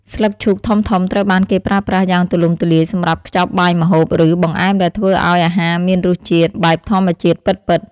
ស្លឹកឈូកធំៗត្រូវបានគេប្រើប្រាស់យ៉ាងទូលំទូលាយសម្រាប់ខ្ចប់បាយម្ហូប ឬបង្អែមដែលធ្វើឱ្យអាហារមានរសជាតិបែបធម្មជាតិពិតៗ។